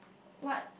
what